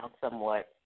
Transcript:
somewhat